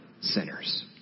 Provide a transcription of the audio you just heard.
sinners